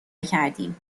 کردیم